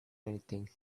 anything